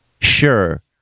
sure